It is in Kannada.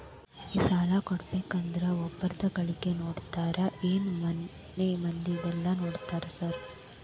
ಈ ಸಾಲ ಕೊಡ್ಬೇಕಂದ್ರೆ ಒಬ್ರದ ಗಳಿಕೆ ನೋಡ್ತೇರಾ ಏನ್ ಮನೆ ಮಂದಿದೆಲ್ಲ ನೋಡ್ತೇರಾ ಸಾರ್?